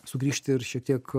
sugrįžti ir šiek tiek